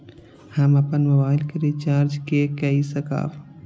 हम अपन मोबाइल के रिचार्ज के कई सकाब?